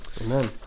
Amen